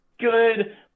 good